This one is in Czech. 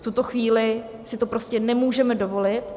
V tuto chvíli si to prostě nemůžeme dovolit.